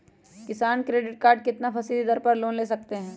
किसान credit card कितना फीसदी दर पर लोन ले सकते हैं?